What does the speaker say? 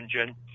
engine